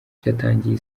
byatangiye